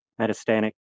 metastatic